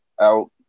out